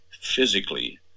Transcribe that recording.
physically